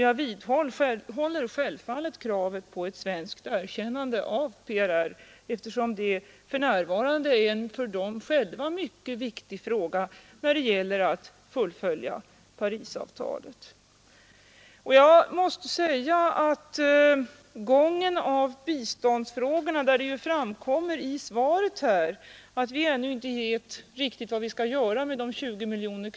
Jag vidhåller självfallet kravet på ett svenskt erkännande av PRR, eftersom det för närvarande är en för PRR själv mycket viktig fråga när det gäller att fullfölja Parisavtalet. Jag måste säga att när det gäller gången av biståndsfrågorna tyder mycket på att det skulle kunna göras en hel del för att utveckla och förbättra arbetet på området.